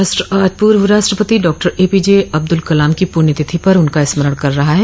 राष्ट्र आज पूर्व राष्ट्रपति डॉक्टर एपीजे अब्द्रल कलाम की पुण्यतिथि पर उनका स्मरण कर रहा है